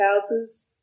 houses